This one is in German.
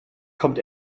kommt